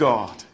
God